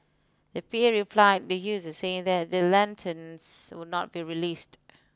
the P A replied the users saying that the lanterns would not be released